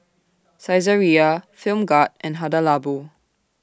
Saizeriya Film God and Hada Labo